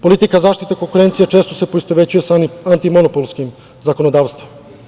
Politika zaštite konkurencije često se poistovećuje sa antimonopolskim zakonodavstvom.